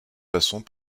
façons